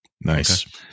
Nice